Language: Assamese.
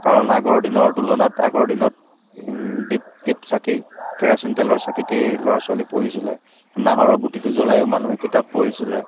কাৰণ আগৰ দিনৰ তুলনাত আগৰ দিনত দিপ দিপচাকি কেৰাচিন তেলৰ চাকিতেই ল'ৰা ছোৱালী পঢ়িছিলে নাহৰৰ গুটিটো জলাইয়েই মানুহে কিতাপ পঢ়িছিলে